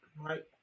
right